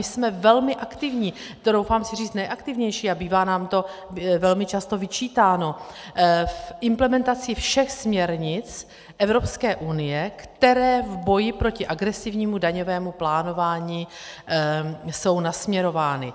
Jsme velmi aktivní, troufám si říct nejaktivnější a bývá nám to velmi často vyčítáno v implementaci všech směrnic Evropské unie, které v boji proti agresivnímu daňového plánování jsou nasměrovány.